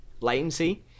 latency